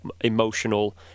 emotional